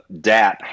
dap